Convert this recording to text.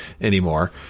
anymore